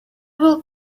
will